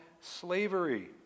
slavery